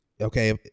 Okay